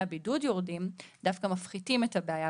הבידוד יורדים דווקא מפחיתים את הבעיה,